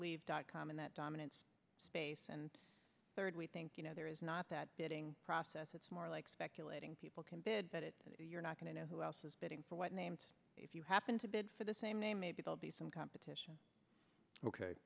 leave dot com in that dominance space and third we think you know there is not that bidding process it's more like speculating people can bid but you're not going to know who else is bidding for what name if you happen to bid for the same name maybe they'll be some competition ok